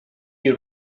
you